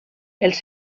els